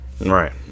Right